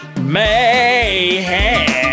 mayhem